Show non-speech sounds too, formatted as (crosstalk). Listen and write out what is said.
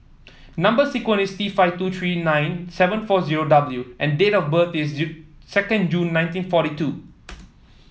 number sequence is T five two three nine seven four zero W and date of birth is (unintelligible) second June nineteen forty two